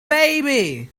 baby